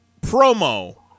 promo